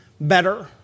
better